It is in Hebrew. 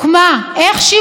איך שהיא הוקמה,